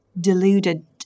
deluded